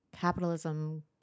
capitalism